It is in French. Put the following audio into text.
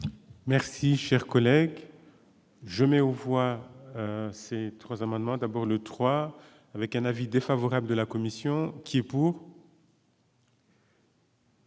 Merci, cher collègue. Je n'ai au foie, c'est 3 amendements d'abord le 3 avec un avis défavorable de la commission qui est pour.